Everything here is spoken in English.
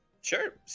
Sure